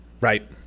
Right